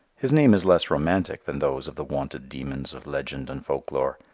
his name is less romantic than those of the wonted demons of legend and folklore.